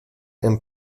and